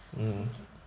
okay